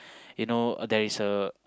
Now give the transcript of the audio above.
you know there is a